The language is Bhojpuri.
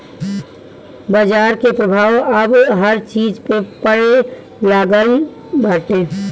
बाजार के प्रभाव अब हर चीज पे पड़े लागल बाटे